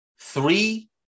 three